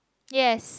yes